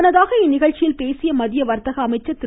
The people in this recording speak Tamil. முன்னதாக இந்நிகழ்ச்சியில் பேசிய மத்திய வர்த்தக அமைச்சர் திரு